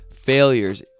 failures